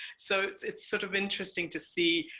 so it's it's sort of interesting to see,